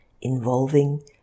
involving